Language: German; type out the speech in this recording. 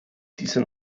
dieser